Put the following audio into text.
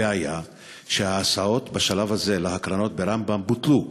הבעיה שההסעות בשלב הזה להקרנות ברמב"ם בוטלו,